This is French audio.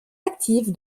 active